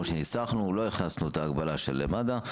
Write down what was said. שניסחנו לא הכנסנו את ההגבלה של מד"א.